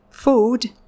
food